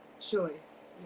choice